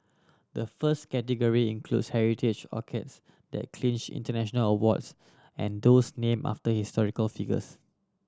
the first category includes heritage orchids that clinched international awards and those name after historical figures